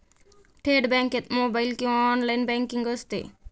थेट बँकेत मोबाइल किंवा ऑनलाइन बँकिंग असते